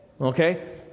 okay